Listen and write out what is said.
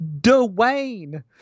Dwayne